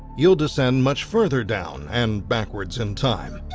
you'll descend much further down and backwards in time.